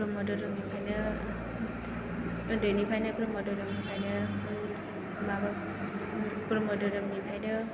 ब्रह्म धोरोमनिफ्रायनो उन्दैनिफ्रायनो ब्रह्म धोरोमनिफ्रायनो माबा ब्रह्म धोरोमनिफ्रायनो